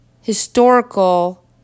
historical